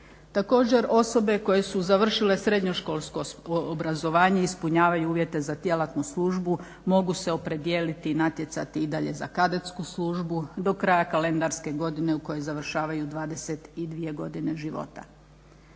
Također osobe koje su završile srednjoškolsko obrazovanje ispunjavaju uvjete za djelatnu službu, mogu se opredijeliti i natjecati nadalje za kadetsku službu do kraja kalendarske godine u kojoj završavaju i 22 godine života.